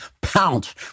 pounce